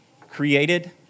created